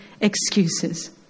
excuses